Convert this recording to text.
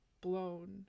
blown